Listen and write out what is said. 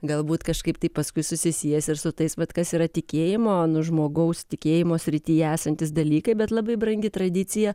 galbūt kažkaip taip paskui susisies ir su tais vat kas yra tikėjimo nu žmogaus tikėjimo srityje esantys dalykai bet labai brangi tradicija